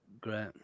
great